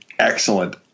Excellent